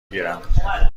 گیرم